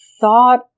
thought